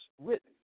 written